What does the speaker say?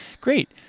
great